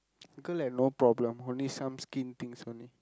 girl like no problem only some skin things only